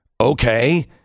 Okay